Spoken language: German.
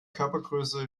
körpergröße